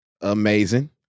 Amazing